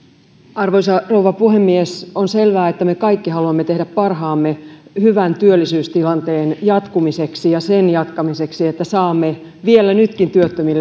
arvoisa rouva puhemies on selvää että me kaikki haluamme tehdä parhaamme hyvän työllisyystilanteen jatkumiseksi ja sen jatkamiseksi että saamme vielä nytkin